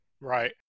Right